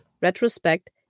Retrospect